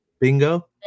bingo